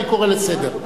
אני קורא לסדר.